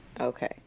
Okay